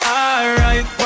alright